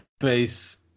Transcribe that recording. face